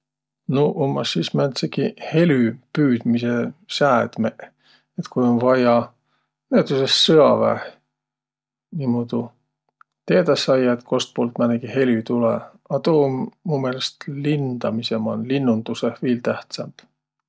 Nuuq ummaq sis mö määnseki helüpüüdmise säädmeq, et ku um vaia, näütüses sõaväeh, niimuudu, teedäq saiaq, et kostpuult määnegi helü tulõ, a tuu um mu meelest lindamisõ man, linnundusõh viil tähtsämb.